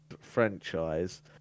franchise